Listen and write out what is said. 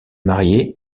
marié